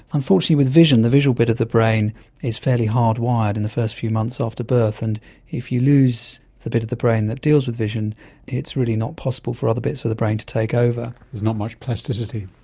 unfortunately with vision, the visual bit of the brain is fairly hardwired in the first few months after birth, and if you lose bit of the brain that deals with vision it's really not possible for other bits of the brain to take over. there's not much plasticity.